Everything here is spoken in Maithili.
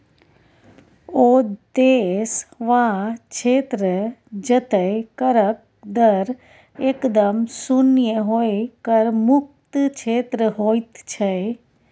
ओ देश वा क्षेत्र जतय करक दर एकदम शुन्य होए कर मुक्त क्षेत्र होइत छै